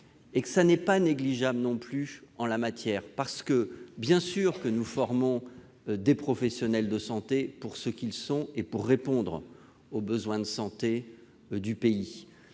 ce qui n'est pas négligeable non plus en la matière. Bien sûr que nous formons des professionnels de santé pour ce qu'ils sont et pour répondre aux besoins de santé du pays